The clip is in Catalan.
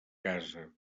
casa